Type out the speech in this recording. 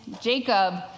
Jacob